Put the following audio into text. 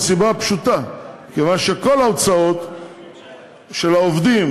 מהסיבה הפשוטה שכל ההוצאות של העובדים